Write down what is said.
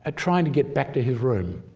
ah trying to get back to his room.